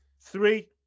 Three